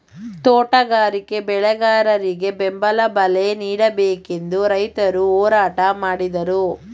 ತೋಟಗಾರಿಕೆ ಬೆಳೆಗಾರರಿಗೆ ಬೆಂಬಲ ಬಲೆ ನೀಡಬೇಕೆಂದು ರೈತರು ಹೋರಾಟ ಮಾಡಿದರು